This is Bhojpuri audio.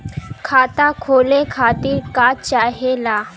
खाता खोले खातीर का चाहे ला?